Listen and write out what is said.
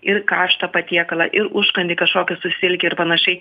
ir karštą patiekalą ir užkandį kažkokį su silke ir panašiai